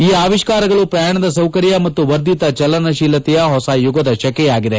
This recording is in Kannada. ಈ ಆವಿಷ್ನಾರಗಳು ಪ್ರಯಾಣದ ಸೌಕರ್ಯ ಮತ್ತು ವರ್ಧಿತ ಚಲನಶೀಲತೆಯ ಹೊಸ ಯುಗದ ಶಕೆಯಾಗಿದೆ